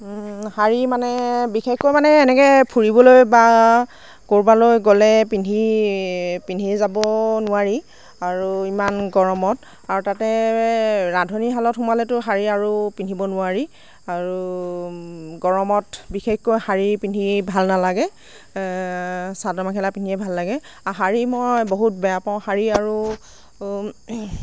শাৰী মানে বিশেষকৈ মানে এনেকৈ ফুৰিবলৈ বা ক'ৰবালৈ গ'লে পিন্ধি পিন্ধি যাব নোৱাৰি আৰু ইমান গৰমত আৰু তাতে ৰান্ধনীশালত সোমালেতো শাৰী আৰু পিন্ধিব নোৱাৰি আৰু গৰমত বিশেষকৈ শাৰী পিন্ধি ভাল নালাগে চাদৰ মেখেলা পিন্ধিয়ে ভাল লাগে আৰু শাৰী মই বহুত বেয়া পাওঁ শাৰী আৰু